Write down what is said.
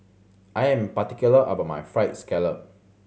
I am particular about my Fried Scallop